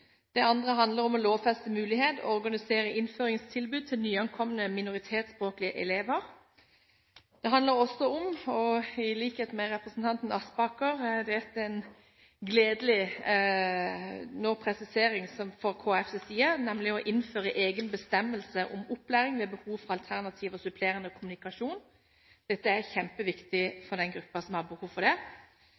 Det andre handler om å lovfeste mulighet til å organisere innføringstilbud til nyankomne minoritetsspråklige elever. Det handler også om – i likhet med representanten Aspaker er dette en gledelig presisering også fra Kristelig Folkepartis side – å innføre egen bestemmelse om opplæring ved behov for alternativ og supplerende kommunikasjon. Dette er kjempeviktig for den gruppen som har behov for det.